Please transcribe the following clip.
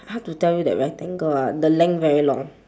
hard to tell you that rectangle ah the length very long